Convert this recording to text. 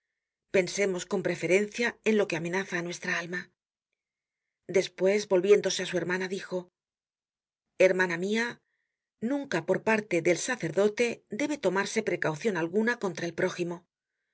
pensemos con preferencia en lo que amenaza á nuestra alma despues volviéndose á su hermana dijo hermana mia nunca por parte del sacerdote debe tomarse precaucion alguna contra el prójimo lo